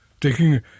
taking